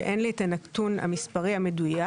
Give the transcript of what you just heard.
שאין לי את הנתון המספרי המדויק,